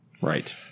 Right